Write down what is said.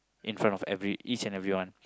in front of every each and every one